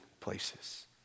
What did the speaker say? places